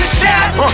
shots